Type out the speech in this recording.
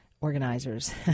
organizers